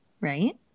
right